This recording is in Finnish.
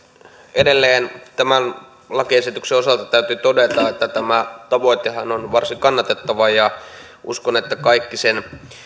edelleen tämän lakiesityksen osalta täytyy todeta että tämä tavoitehan on varsin kannatettava ja uskon että kaikki sen